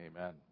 Amen